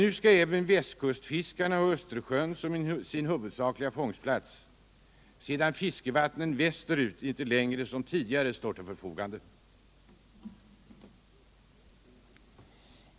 Nu skall även västkustfiskarna ha Östersjön som sin huvudsakliga fångstplats, sedan fiskevattnen västerut inte längre står till förfogande.